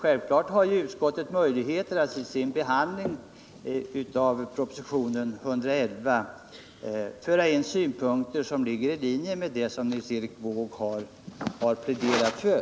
Självklart har utskottet möjligheter att i sin behandling av propositionen 111 föra in synpunkter som ligger i linje med det Nils Erik Wååg pläderat för.